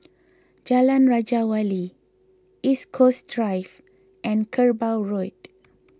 Jalan Raja Wali East Coast Drive and Kerbau Road